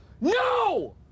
no